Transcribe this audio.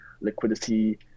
liquidity